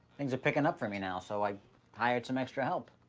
things are pickin' up for me now, so i hired some extra help.